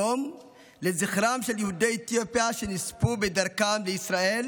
יום לזכרם של יהודי אתיופיה שנספו בדרכם לישראל